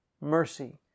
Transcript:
mercy